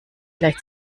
gleich